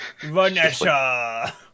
Vanessa